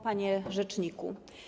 Panie Rzeczniku!